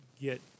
get